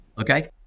Okay